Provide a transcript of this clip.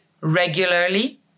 regularly